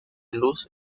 luz